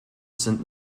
sind